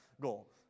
goal